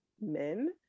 men